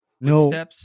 no